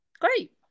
Great